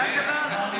נו, באמת.